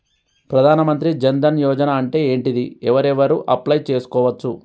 ప్రధాన మంత్రి జన్ ధన్ యోజన అంటే ఏంటిది? ఎవరెవరు అప్లయ్ చేస్కోవచ్చు?